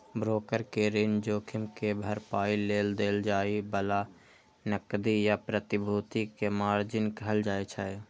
broker कें ऋण जोखिम के भरपाइ लेल देल जाए बला नकदी या प्रतिभूति कें मार्जिन कहल जाइ छै